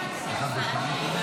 לתעבורה.